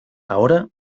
ahora